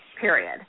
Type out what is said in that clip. Period